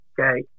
Okay